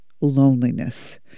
loneliness